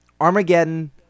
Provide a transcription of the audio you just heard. Armageddon